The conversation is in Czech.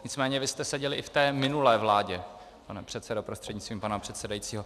Nicméně vy jste seděl i v té minulé vládě, pane předsedo prostřednictvím pana předsedajícího.